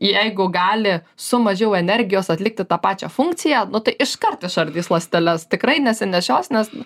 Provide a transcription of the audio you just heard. jeigu gali su mažiau energijos atlikti tą pačią funkciją nu tai iškart išardys ląsteles tikrai nesi nešios nes